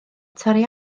torri